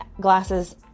glasses